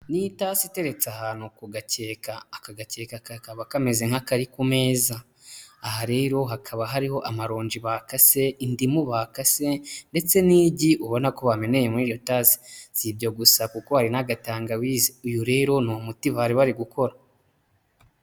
Ni itasi iteretse ahantu ku gakeka. Aka gakeka kakaba kameze nk'akari ku meza. Aha rero hakaba hariho amaronji bakase, indimu bakase ndetse n'igi ubona ko bameneye muri iryo tasi. Si ibyo gusa kuko hari n'agatangawizi. Uyu rero ni umuti bari bari gukora.